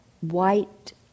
white